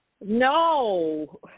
no